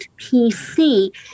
PC